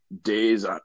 days